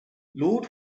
lord